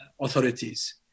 authorities